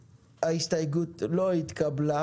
2. הצבעה ההסתייגות לא התקבלה.